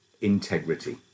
integrity